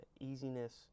easiness